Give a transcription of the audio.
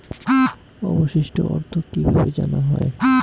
অবশিষ্ট অর্থ কিভাবে জানা হয়?